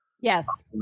Yes